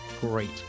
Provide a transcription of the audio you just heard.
great